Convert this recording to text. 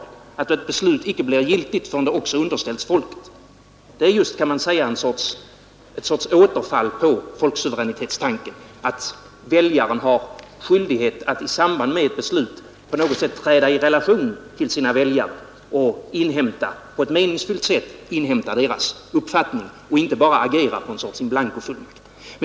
Ett beslut blir inte giltigt förrän det underställts folket. Det är just ett återfall på folksuveränitetstanken, att den valde har skyldighet att i samband med beslut på något vis träda i relation till sina väljare, på ett meningsfyllt sätt inhämta deras uppfattning och inte agera på någon sorts inblankofullmakt.